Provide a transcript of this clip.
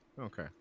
Okay